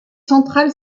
centrale